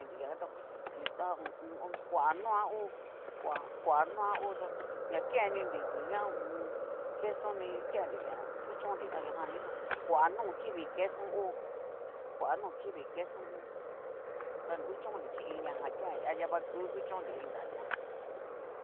Nri tiyá tu tu ta ho o on. koa noa hó, koa- koa noa hó tu, ña kennrini oña ho o on. queso ni kenri ña kuchónnri ta ña jan ni tó koa no kivi queso ho, koa no kivii queso hó, ta na kuchónnri chí iinñajan kenria, adriavaku kuchónnri inka nua.